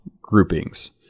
groupings